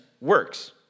works